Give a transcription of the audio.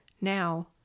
now